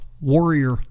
warrior